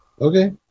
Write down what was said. Okay